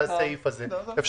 בתקופה שמיום ד' בטבת התש"ף (1 בינואר 2020)ועד